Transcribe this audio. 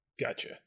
Gotcha